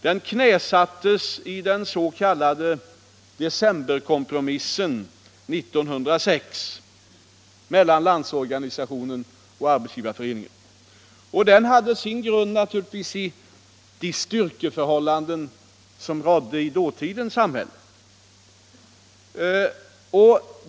Den knäsattes i den s.k. decemberkompromissen 1906 mellan Landsorganisationen och Arbetsgivareföreningen. Den hade naturligtvis sin grund i de styrkeförhållanden som rådde i dåtidens samhälle.